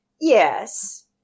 Yes